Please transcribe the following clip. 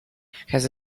has